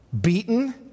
Beaten